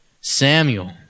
Samuel